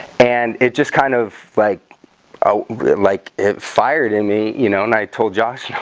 and it just kind of like oh like it fired in me you know and i told josh.